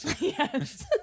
Yes